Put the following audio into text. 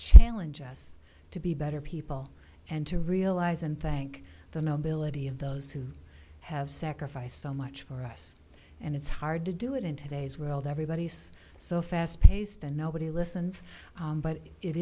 challenge us to be better people and to realize and thank the nobility of those who have sacrificed so much for us and it's hard to do it in today's world everybody's so fast paced and nobody listens but it